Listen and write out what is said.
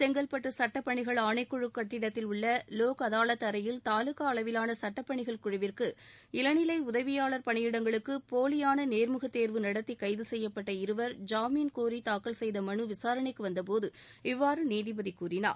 செங்கல்பட்டு சட்டப்பணிகள் ஆணைக்குழு கட்டிடத்தில் உள்ள லோக் அதாலத் அறையில் தாலுக்கா அளவிலான சட்டப்பணிகள் குழுவிற்கு இளநிலை உதவியாளர் பணியிடங்களுக்கு போலியான நேர்முகத் தேர்வு நடத்தி கைது செய்யப்பட்ட இருவர் ஜாமீன்கோரி தாக்கல் செய்த மனு விசாரணைக்கு வந்தபோது இவ்வாறு நீதிபதி கூறினார்